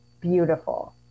beautiful